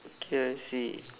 K I see